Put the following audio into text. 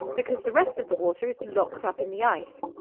because the rest of the water is locked up in the ice.